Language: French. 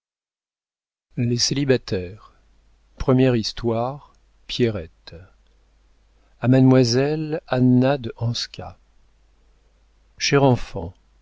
les célibataires première histoire pierrette a mademoiselle anna de hanska chère enfant